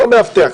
לא כמאבטח,